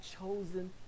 chosen